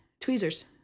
Tweezers